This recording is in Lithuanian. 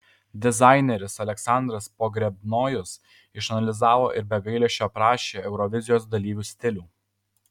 dizaineris aleksandras pogrebnojus išanalizavo ir be gailesčio aprašė eurovizijos dalyvių stilių